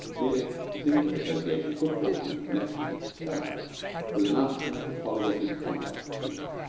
merely to think of association football in connection with her was enough to make the folly of his conduct clear.